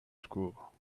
school